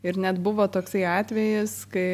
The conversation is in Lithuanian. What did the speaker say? ir net buvo toksai atvejis kai